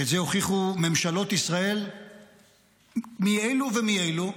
ואת זה הוכיחו ממשלות ישראל מאלו ומאלו,